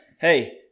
hey